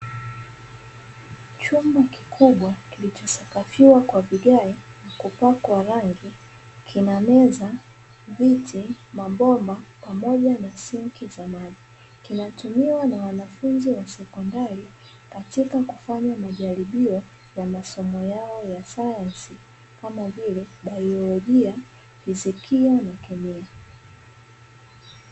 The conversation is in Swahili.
Chumba kikubwa kilichosakafiwa kwa vigae na kupakwa rangi, kina meza, viti, mabomba pamoja na sinki za maji. Kinatumiwa na wanafunzi wa sekondari katika kufanya majaribio ya masomo yao ya sayansi, kama vile: baiolojia, fizikia na kemia.